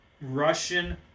Russian